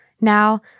Now